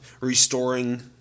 restoring